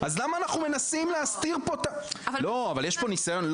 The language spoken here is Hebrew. אז למה אנחנו מנסים להסתיר פה את ה יש פה ניסיון,